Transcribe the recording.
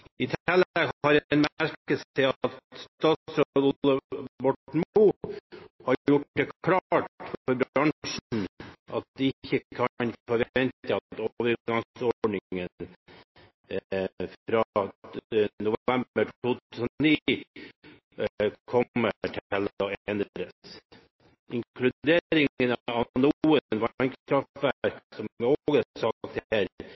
I tillegg har man merket seg at statsråd Ola Borten Moe har gjort det klart for bransjen at de ikke kan forvente at overgangsordningen fra november 2009 kommer til å endres. Inkluderingen av noen vannkraftverk, som det også er sagt her,